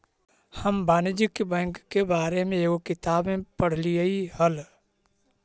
हम वाणिज्य बैंक के बारे में एगो किताब में पढ़लियइ हल